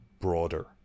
broader